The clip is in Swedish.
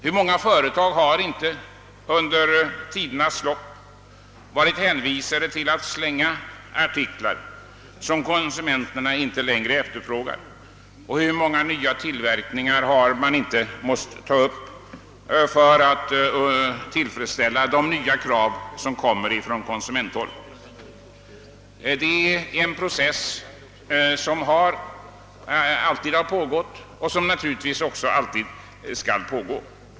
Hur många företag har inte under tidernas lopp varit hänvisade till att slänga artiklar som konsumenterna inte längre efterfrågar, och hur många nya tillverkningar har man inte måst taga upp för att tillfredsställa de nya krav som konsumenterna reser? Det är en process som alltid har pågått och naturligtvis alltid skall pågå.